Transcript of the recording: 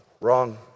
wrong